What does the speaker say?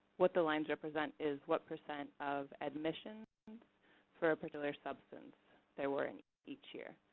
what the lines represent is what percent of admissions for a particular substance there were in each year.